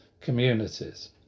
communities